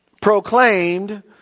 Proclaimed